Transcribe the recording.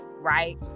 right